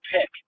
pick